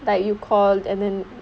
like you called and then